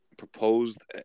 proposed